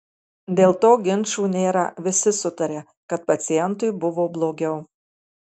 dėl to ginčų nėra visi sutaria kad pacientui buvo blogiau